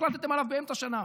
שהחלטתם עליו באמצע שנה.